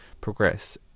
progress